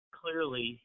clearly